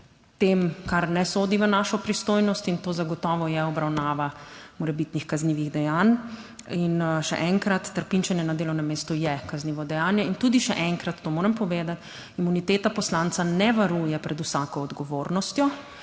kar ne sodi v našo pristojnost, in to zagotovo je obravnava morebitnih kaznivih dejanj. In še enkrat, trpinčenje na delovnem mestu je kaznivo dejanje, in tudi, še enkrat to moram povedati, imuniteta poslanca ne varuje pred vsako odgovornostjo.